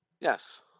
Yes